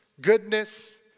goodness